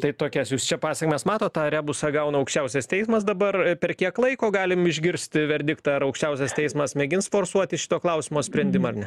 tai tokias jūs čia pasekmes matot tą rebusą gauna aukščiausias teismas dabar per kiek laiko galim išgirsti verdiktą ar aukščiausias teismas mėgins forsuoti šito klausimo sprendimą ar ne